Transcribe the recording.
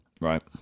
right